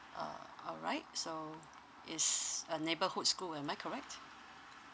uh all right so is a neighborhood school am I correct